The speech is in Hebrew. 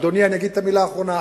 אדוני, אני אגיד את המלה האחרונה.